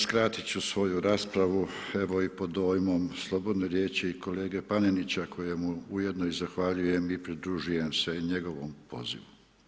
Skratit ću svoju raspravu, evo i pod dojmom slobodne riječi kolege Panenića kojemu ujedno i zahvaljujem i pridružujem se njegovom pozivu.